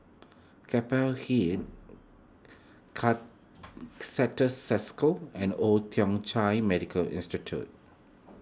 Keppel Hill car Certis Cisco and Old Thong Chai Medical Institute